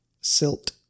silt